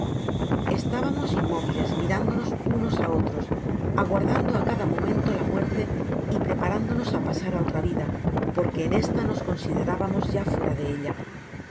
estábamos inmóviles minándonos unos á otros aguardando a cada momento la muerte y preparándonos á pasar á otra vida porque en esta nos considerábamos ya fuera de ella